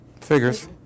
figures